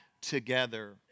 together